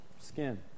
skin